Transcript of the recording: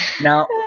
Now